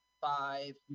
five